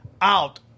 Out